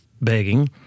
begging